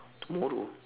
tomorrow